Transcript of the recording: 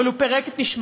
אבל הוא פירק את נשמתה,